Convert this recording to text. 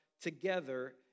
together